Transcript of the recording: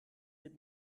mit